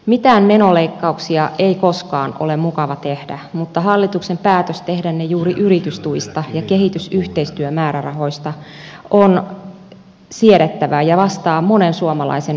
mitään menoleikkauksia ei koskaan ole mukava tehdä mutta hallituksen päätös tehdä ne juuri yritystuista ja kehitysyhteistyömäärärahoista on siedettävä ja vastaa monen suomalaisen oikeustajua